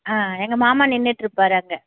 ஆ எங்கள் மாமா நின்றிட்ருப்பாரு அங்கே